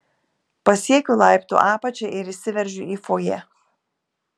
pasiekiu laiptų apačią ir įsiveržiu į fojė